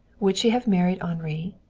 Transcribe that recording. would she have married henri?